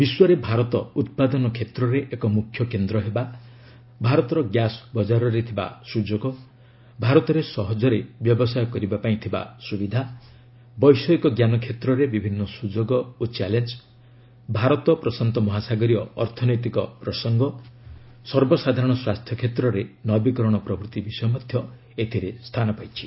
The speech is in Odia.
ବିଶ୍ୱରେ ଭାରତ ଉତ୍ପାଦନ କ୍ଷେତ୍ରରେ ଏକ ମୁଖ୍ୟକେନ୍ଦ୍ର ହେବା ଭାରତର ଗ୍ୟାସ୍ ବକାରରେ ଥିବା ସୁଯୋଗ ଭାରତରେ ସହଜରେ ବ୍ୟବସାୟ କରିବା ପାଇଁ ଥିବା ସୁବିଧା ବୈଷୟିକ ଜ୍ଞାନ କ୍ଷେତ୍ରରେ ବିଭିନ୍ନ ସୁଯୋଗ ଓ ଚ୍ୟାଲେଞ୍ଜ ଭାରତ ପ୍ରଶାନ୍ତ ମହାସାଗରୀୟ ଅର୍ଥନୈତିକ ପ୍ରସଙ୍ଗ ସର୍ବସାଧାରଣ ସ୍ପାସ୍ଥ୍ୟକ୍ଷେତ୍ରରେ ନବୀକରଣ ପ୍ରଭୂତି ବିଷୟ ମଧ୍ୟ ଏଥିରେ ସ୍ଥାନ ପାଇଛି